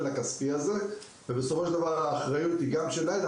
הכספי הזה ובסופו של דבר האחריות היא גם שלהן,